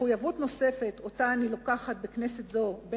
מחויבות נוספת שאני לוקחת על עצמי בכנסת זו היא